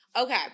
Okay